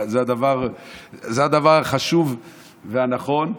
זה הדבר החשוב והנכון.